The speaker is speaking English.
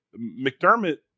McDermott